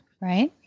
right